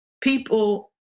People